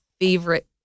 favorite